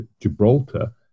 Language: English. Gibraltar